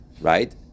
Right